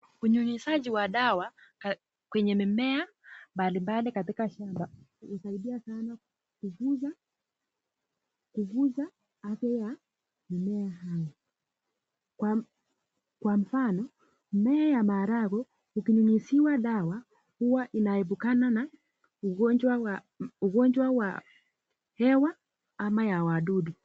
Unyunyizaji wa dawa kwenye mimea mbalimbali katika shamba, inasaidia sanaa kukuza afya ya mimea haya, kwa mfano mmea ya maharagwe ukinyunyizia dawa Huwa inaepukana na ugonjwa wa hewa ama ugonjwa wa hewa ama ya wadudu.